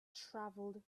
travelled